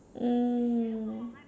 mm